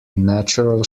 natural